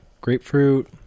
grapefruit